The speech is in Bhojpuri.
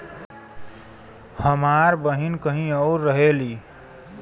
हमार बहिन कहीं और रहेली